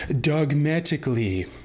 dogmatically